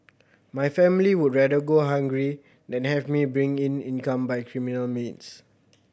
my family would rather go hungry than have me bring in income by criminal means